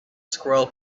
squirrel